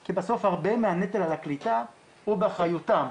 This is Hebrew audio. כי בסוף הרבה מהנטל של הקליטה הוא באחריותם,